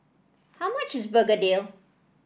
how much is Begedil